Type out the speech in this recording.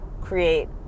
create